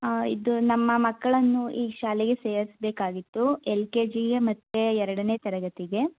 ಇದು ನಮ್ಮ ಮಕ್ಕಳನ್ನು ಈ ಶಾಲೆಗೆ ಸೇರಿಸ್ಬೇಕಾಗಿತ್ತು ಎಲ್ ಕೆ ಜಿಗೆ ಮತ್ತೆ ಎರಡನೇ ತರಗತಿಗೆ